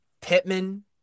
Pittman